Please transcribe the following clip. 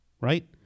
right